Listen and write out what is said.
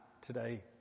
today